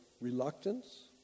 reluctance